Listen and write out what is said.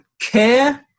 care